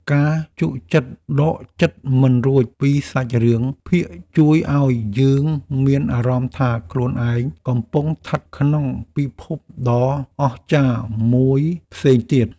ការជក់ចិត្តដកចិត្តមិនរួចពីសាច់រឿងភាគជួយឱ្យយើងមានអារម្មណ៍ថាខ្លួនឯងកំពុងស្ថិតក្នុងពិភពដ៏អស្ចារ្យមួយផ្សេងទៀត។